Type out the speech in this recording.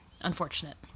unfortunate